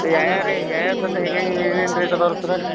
ಯಾವ ಯಾವ ರೀ ಯಾವ ಯಾವ ಸಟ್ ಹೆಂಗೆಂಗೆ ಏನೇನು ರೇಟ್ ಇದಾರ್ ಸರ್ರ